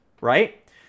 right